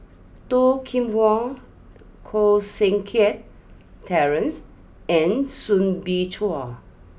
Toh Kim Hwa Koh Seng Kiat Terence and Soo Bin Chua